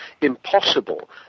impossible